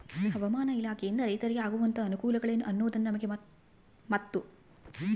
ಹವಾಮಾನ ಇಲಾಖೆಯಿಂದ ರೈತರಿಗೆ ಆಗುವಂತಹ ಅನುಕೂಲಗಳೇನು ಅನ್ನೋದನ್ನ ನಮಗೆ ಮತ್ತು?